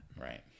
Right